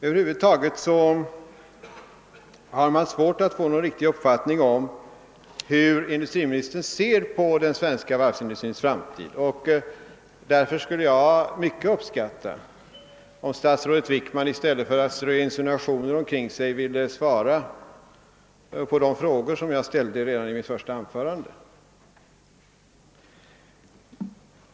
Över huvud taget har man svårt att få någon riktig uppfattning om hur industriministern ser på den svenska varvsindustrins framtid. Därför skulle jag mycket uppskatta om statsrådet Wickman, i stället för att strö insinuationer omkring sig, ville svara på de frågor som jag ställde redan i mitt första anförande.